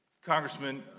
congressman,